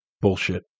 bullshit